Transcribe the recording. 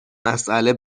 مسئله